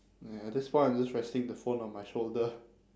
ya that's why I'm just resting the phone on my shoulder